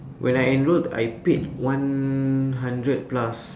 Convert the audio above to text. when I enrolled I paid one hundred plus